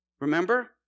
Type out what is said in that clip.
Remember